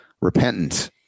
Repentance